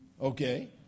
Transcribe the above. Okay